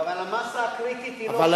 אבל המאסה הקריטית היא לא שם.